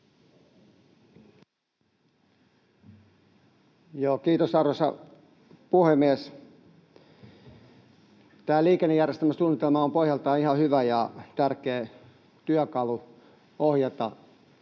Kiitos, arvoisa puhemies! Tämä liikennejärjestelmäsuunnitelma on pohjaltaan ihan hyvä ja tärkeä työkalu ohjaamaan